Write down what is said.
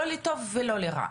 לא לטוב ולא לרע.